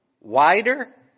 wider